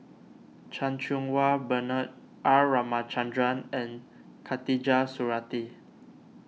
Chan Cheng Wah Bernard R Ramachandran and Khatijah Surattee